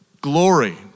Glory